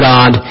God